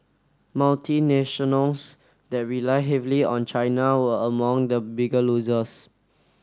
multinationals that rely heavily on China were among the bigger losers